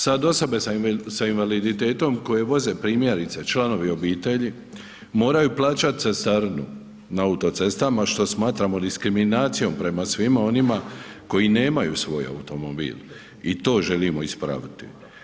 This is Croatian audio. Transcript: Sve osobe sa invaliditetom koje voze primjerice članovi obitelji moraju plaćati cestarinu na autocestama što smatramo diskriminacijom prema svima onima koji nemaju svoj automobil i to želimo ispraviti.